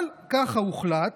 אבל ככה הוחלט.